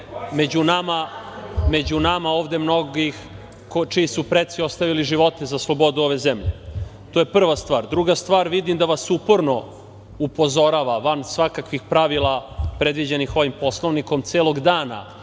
među nama ovde mnogih čiji su preci ostavili živote za slobodu ove zemlje. To je prva stvar. Druga stvar, vidim da vas uporno upozorava, van svakakvih pravila predviđenih ovim Poslovnikom, celog dana